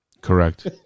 Correct